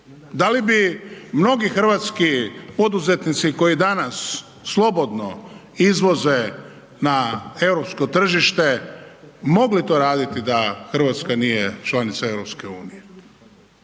Da li bi mnogi hrvatski poduzetnici koji danas slobodno izvoze na europsko tržište mogli to raditi da Hrvatska nije članica EU?